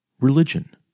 religion